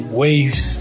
waves